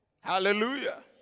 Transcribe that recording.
Hallelujah